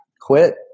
quit